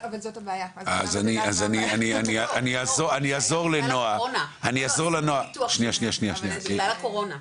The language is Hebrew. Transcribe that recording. אז אני אעזור לנועה, שנייה --- בגלל הקורונה.